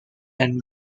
and